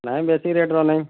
ନାଇ ବେଶୀ ରେଟ୍ର ନାଇ